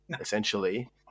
essentially